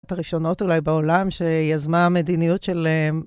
הראשונות אולי בעולם שיזמה המדיניות של...